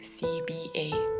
CBA